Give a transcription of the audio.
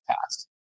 past